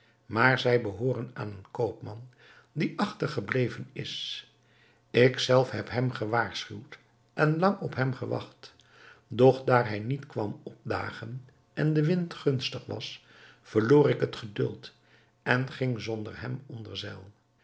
maar zij behooren aan een koopman die achtergebleven is ik zelf heb hem gewaarschuwd en lang op hem gewacht doch daar hij niet kwam opdagen en de wind gunstig was verloor ik het geduld en ging zonder hem onder zeil